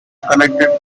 connected